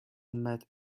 met